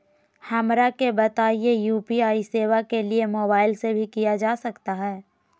हमरा के बताइए यू.पी.आई सेवा के लिए मोबाइल से भी किया जा सकता है?